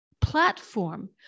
platform